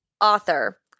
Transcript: author